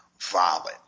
violent